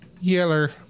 Yeller